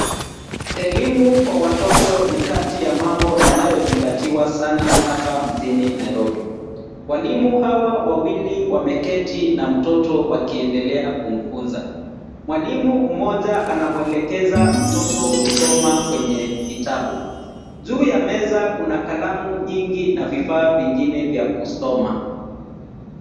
Elimu kwa watoto ni kati ya mambo yanayozingatiwa sana hapa mjini Nairobi. Walimu hawa wawili wameketi na mtoto wakiendelea kumfunza. Mwalimu mmoja anamwelekeza mtoto kusoma kwenye kitabu. Juu ya meza kuna kalamu nyingi na vifaa vingine vya kusoma.